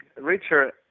Richard